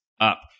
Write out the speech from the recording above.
up